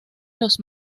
los